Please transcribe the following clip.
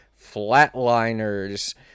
Flatliners